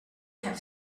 have